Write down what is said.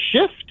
shift